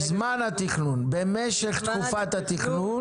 בזמן התכנון, במשך תקופת התכנון.